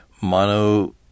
mono